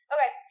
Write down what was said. Okay